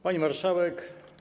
Pani Marszałek!